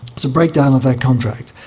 it's a breakdown of their contract.